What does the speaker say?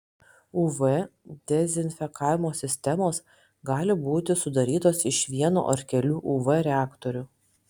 uv dezinfekavimo sistemos gali būti sudarytos iš vieno ar kelių uv reaktorių